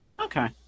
Okay